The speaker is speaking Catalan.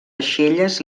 aixelles